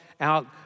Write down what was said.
out